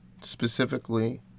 specifically